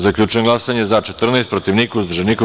Zaključujem glasanje: za - 14, protiv - niko, uzdržanih – nema.